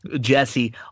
Jesse